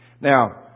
Now